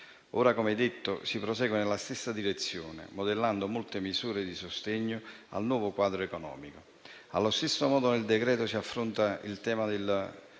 Ora - come detto - si prosegue nella stessa direzione, modellando molte misure di sostegno al nuovo quadro economico. Allo stesso modo, nel decreto-legge si affronta il tema